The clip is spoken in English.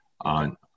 on